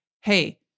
hey